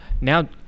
now